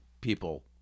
people